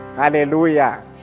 hallelujah